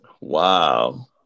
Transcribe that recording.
Wow